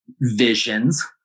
visions